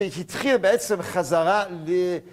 התחיל בעצם חזרה ל...